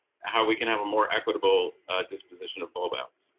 how we can have a more equitable disposition of ah bones.